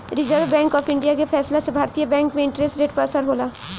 reserve bank of India के फैसला से भारतीय बैंक में इंटरेस्ट रेट पर असर होला